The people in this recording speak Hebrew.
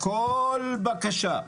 כל בקשה,